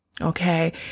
okay